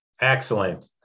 Excellent